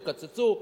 יקצצו.